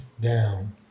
down